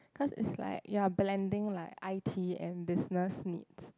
because is like you're blending like i_t and business needs